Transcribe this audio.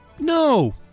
No